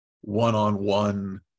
one-on-one